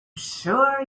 sure